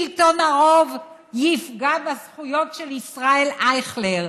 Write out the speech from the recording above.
שלטון הרוב יפגע בזכויות של ישראל אייכלר.